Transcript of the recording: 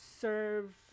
serve